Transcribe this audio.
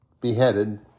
beheaded